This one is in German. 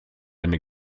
eine